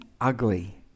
ugly